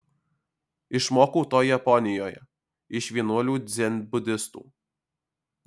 išmokau to japonijoje iš vienuolių dzenbudistų